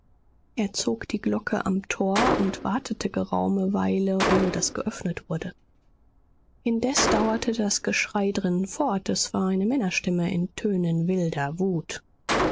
er zog die glocke am tor und wartete geraume weile ohne daß geöffnet wurde indes dauerte das geschrei drinnen fort es war eine männerstimme in tönen wilder wut